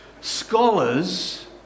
scholars